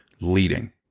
leading